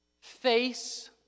Face